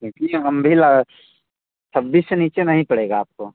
क्योंकि हम भी ल छब्बीस से नीचे नहीं पड़ेगा आपको